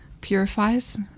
purifies